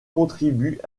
contribue